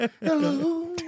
Hello